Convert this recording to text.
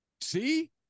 see